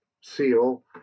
seal